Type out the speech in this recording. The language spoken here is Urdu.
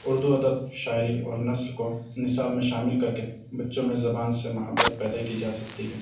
اردو ادب شاعری اور نثر کو نصاب میں شامل کر کے بچوں میں زبان سے محبت پیدا کی جا سکتی ہے